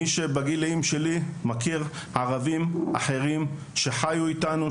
מי שבגילאים שלי מכיר ערבים אחרים שחיו איתנו,